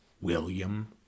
William